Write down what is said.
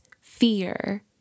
fear